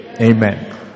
Amen